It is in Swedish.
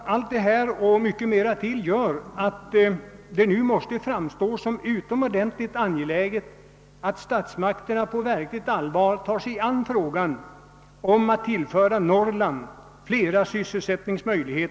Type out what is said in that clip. Allt detta och mycket mer gör att det nu måste framstå som utomordentligt angeläget att statsmakterna på verkligt allvar tar sig an frågan om att tillföra Norrland fler syssel sättningsmöjligheter.